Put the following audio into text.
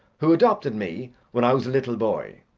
who adopted me when i was a little boy,